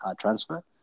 transfer